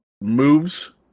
moves